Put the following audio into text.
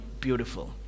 beautiful